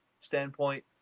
standpoint